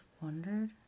wondered